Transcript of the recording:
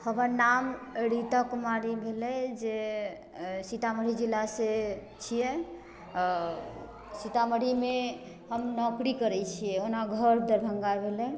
हमर नाम रीता कुमारी भेलै जे सीतामढ़ी जिला से छियै आओर सीतामढ़ीमे हम नौकरी करैत छियै ओना घर दरभङ्गा भेलै